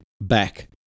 back